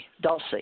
Dulce